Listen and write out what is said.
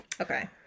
Okay